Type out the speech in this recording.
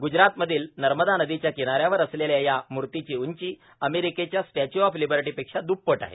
गुजरातमधील नर्मदा नदीच्या किनाऱ्यावर असलेल्या या म्रर्तीची उंची अमेरिकेच्या स्टॅच्यू ऑफ लिबर्टीपेक्षा द्रप्पट आहे